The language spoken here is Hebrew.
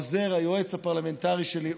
היועץ הפרלמנטרי שלי,